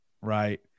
right